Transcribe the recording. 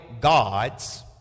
gods